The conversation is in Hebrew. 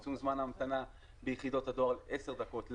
צמצום זמן ההמתנה ביחידות הדואר לעשר דקות,